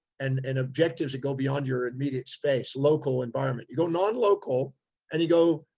and and objectives that go beyond your immediate space, local environment. you go non-local and you go